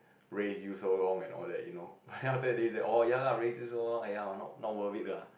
raise you so long and all that you know then after that they say oh ya lah raise you so long aiya not worth it lah